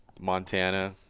montana